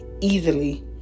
easily